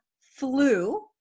Flu